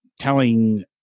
telling